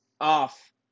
off